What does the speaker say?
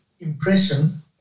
impression